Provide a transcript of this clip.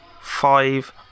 five